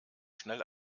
schnell